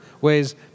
ways